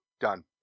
done